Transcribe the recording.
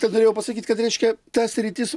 tad norėjau pasakyt kad reiškia ta sritis